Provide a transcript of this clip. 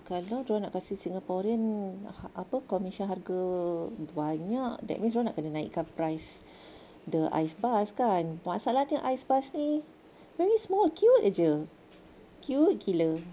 kalau dorang nak kasi Singaporean ah apa commission harga banyak that means dorang nak kena naik kan price the ice bars kan masaalah nye ice bars ni really small cute jer cute gila